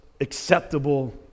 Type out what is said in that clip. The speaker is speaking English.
acceptable